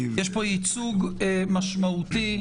יש פה ייצוג משמעותי.